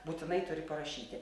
būtinai turi parašyti